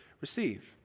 receive